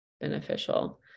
beneficial